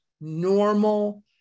normal